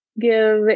Give